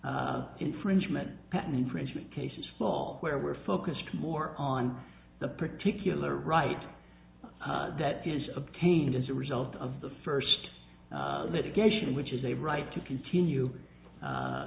which infringement patent infringement cases fall where we're focused more on the particular right that is obtained as a result of the first litigation which is a right to continue